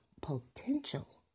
potential